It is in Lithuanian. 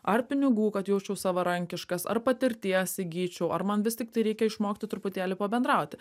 ar pinigų kad jausčiaus savarankiškas ar patirties įgyčiau ar man vis tiktai reikia išmokti truputėlį pabendrauti